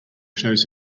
shows